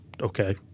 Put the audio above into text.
okay